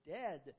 dead